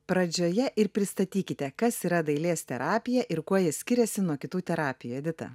pradžioje ir pristatykite kas yra dailės terapija ir kuo ji skiriasi nuo kitų terapijų edita